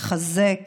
ולחזק